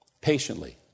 patiently